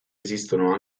esistono